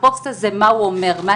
מה אומר הפוסט הזה,